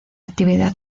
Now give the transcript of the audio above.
actividad